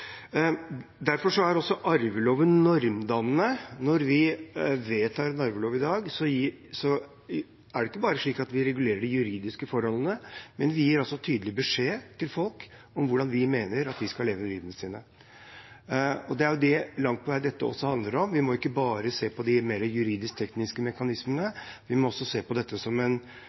Derfor er arveloven også normdannende. Når vi vedtar en arvelov i dag, regulerer vi ikke bare de juridiske forholdene, men vi gir også en tydelig beskjed til folk om hvordan vi mener de skal leve livet sitt. Det er det dette langt på vei handler om. Vi må ikke bare se på de mer juridisk-tekniske mekanismene; vi må også se på dette som et normdannende instrument – som en